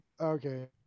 okay